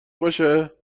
باشه